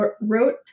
wrote